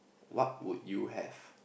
what would you have